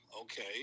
Okay